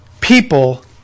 People